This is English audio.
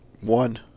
One